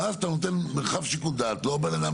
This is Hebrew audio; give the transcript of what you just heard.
ואז אתה נותן מרחב שיקול דעת, וזה לא בן אדם